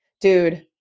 dude